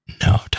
No